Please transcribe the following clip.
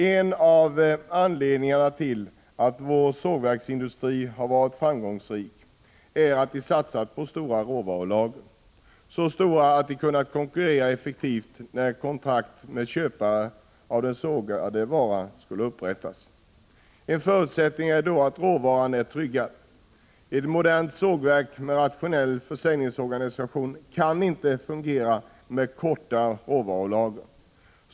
En av anledningarna till att vår sågverksindustri har varit framgångsrik är att den har satsat på stora råvarulager, så stora att de har kunnat konkurrera effektivt när kontrakt med köpare av den sågade varan har upprättats. En förutsättning är då att råvaran är tryggad. Ett modernt sågverk med rationell försäljningsorganisation kan inte fungera med ”korta” råvarulager.